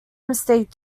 mistake